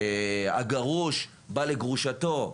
הגרוש בא לגרושתו,